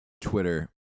Twitter